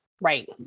right